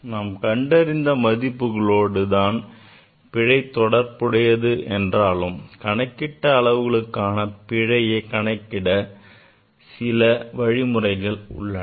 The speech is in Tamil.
நாம் கண்டறிந்த மதிப்புகளோடு தான் பிழை தொடர்புடையது என்றாலும் கணக்கிட்டு அளவுக்களுக்கான பிழையை கணக்கிட சில வழிமுறைகள் உள்ளன